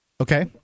Okay